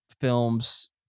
film's